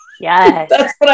Yes